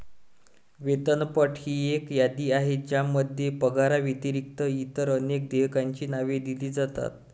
वेतनपट ही एक यादी आहे ज्यामध्ये पगाराव्यतिरिक्त इतर अनेक देयकांची नावे दिली जातात